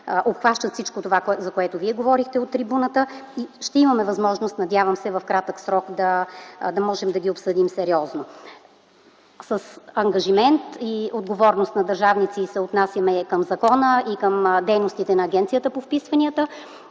обхващат всичко това, за което Вие говорихте от трибуната. Надявам се, че ще имаме възможност в кратък срок да можем да ги обсъдим сериозно. С ангажимент и отговорност на държавници се отнасяме към закона и към дейностите на Агенцията по вписванията,